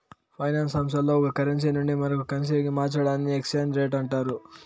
finance సంస్థల్లో ఒక currency నుండి మరో కరెన్సీకి మార్చడాన్ని ఎక్స్చేంజ్ రేట్ అంటారు